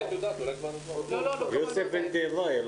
חמש דקות הפסקה.